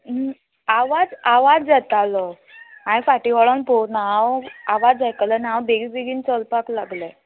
आवाज आवाज जातालो हांयेन फाटी वळोन पोवना हांव आवाज आयकलो आनी हांव बेगीन बेगीन चलपाक लागलें